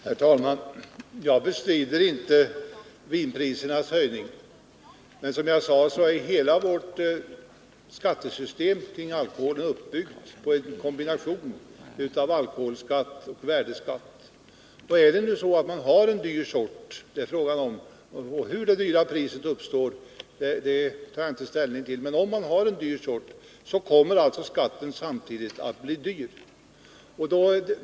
Herr talman! Jag bestrider inte vinprisernas höjning, men som jag sade förut är hela vårt skattesystem kring alkoholen uppbyggt på en kombination av alkoholskatt och värdeskatt. Är det nu så att man saluför en dyr vinsort — hur det höga priset uppstår, tar jag inte ställning till — kommer också skatten att bli hög.